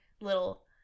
little